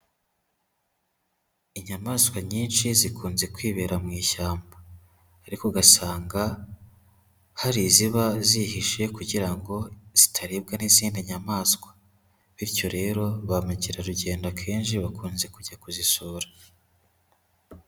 Inyamaswa nyinshi zikunze kwibera mu ishyamba ariko ugasanga hari iziba zihishe kugira ngo zitaribwa n'izindi nyamaswa. Bityo rero, ba mukerarugendo akenshi bakunze kujya kuzisura.